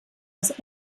aus